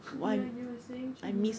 oh ya you were saying